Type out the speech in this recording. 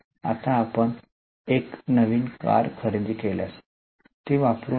आता आपण एक नवीन कार खरेदी केल्यास ती वापरू नका